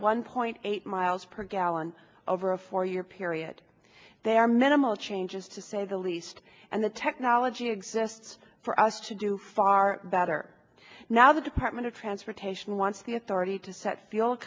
one point eight miles per gallon over a four year period they are minimal changes to say the least and the technology exists for us to do far better now the department of transportation wants the authority to set